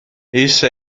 essa